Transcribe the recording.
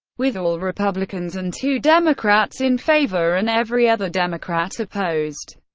with all republicans and two democrats in favor and every other democrat opposed.